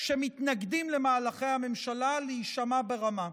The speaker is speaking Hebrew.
שמתנגדים למהלכי הממשלה להישמע ברמה,